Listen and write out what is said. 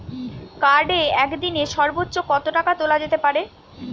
কার্ডে একদিনে সর্বোচ্চ কত টাকা তোলা যেতে পারে?